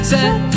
Set